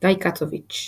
גיא קצוביץ',